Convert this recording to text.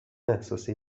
احساسی